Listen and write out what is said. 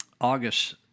August